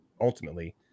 ultimately